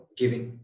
giving